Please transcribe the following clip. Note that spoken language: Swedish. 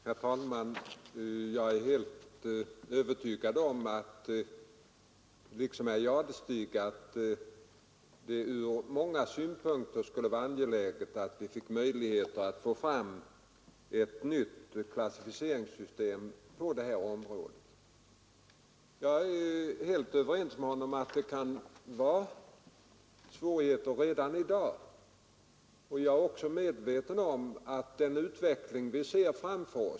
Herr talman! Jag är helt övertygad om, liksom herr Jadestig, att det ur många synpunkter skulle vara angeläget om vi fick möjligheter att få fram ett nytt klassificeringssystem på det här området. Jag är helt överens med honom om att det finns svårigheter redan i dag.